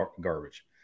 garbage